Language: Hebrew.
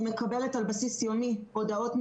אני מקבלת הודעות על בסיס יומי מגננות